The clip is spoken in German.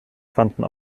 fanden